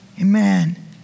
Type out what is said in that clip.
Amen